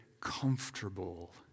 comfortable